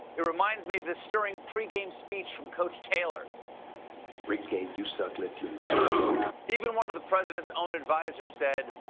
it reminds me of this stirring pregame speech from coach taylor rigged game! you suck! let's lose! stephen even one of the president's own advisers said,